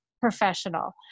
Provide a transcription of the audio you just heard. professional